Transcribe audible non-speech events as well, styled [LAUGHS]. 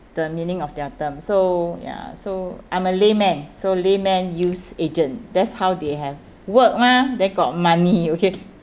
the meaning of their term so ya so I'm a layman so layman use agent that's how they have work mah then got money okay [LAUGHS]